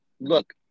look